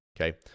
Okay